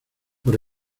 por